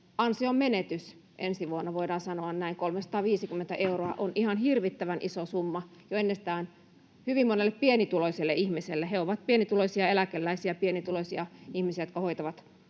ansionmenetys ensi vuonna, voidaan sanoa näin. 350 euroa on ihan hirvittävän iso summa monelle jo ennestään hyvin pienituloiselle ihmiselle. He ovat pienituloisia eläkeläisiä, pienituloisia ihmisiä, jotka hoitavat läheistään.